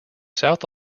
south